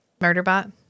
Murderbot